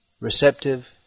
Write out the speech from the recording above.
Receptive